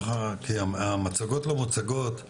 מצגות לא מצגות,